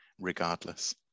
regardless